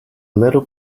little